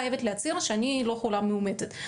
אני חייבת להצהיר שאני לא חולה מאומתת,